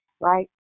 right